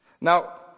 Now